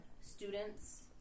students